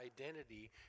identity